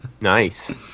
Nice